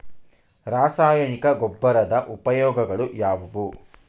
ರಾಸಾಯನಿಕ ಗೊಬ್ಬರದ ಉಪಯೋಗಗಳು ಯಾವುವು?